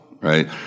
right